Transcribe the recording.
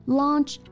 launch